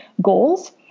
goals